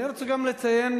אני רוצה גם לציין,